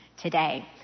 today